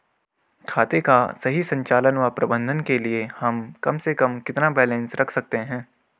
खाते का सही संचालन व प्रबंधन के लिए हम कम से कम कितना बैलेंस रख सकते हैं?